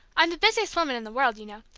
i'm the busiest woman in the world, you know.